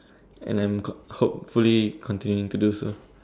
and then hopefully continue to do so